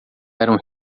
eram